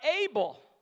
able